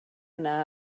yna